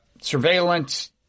surveillance